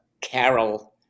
carol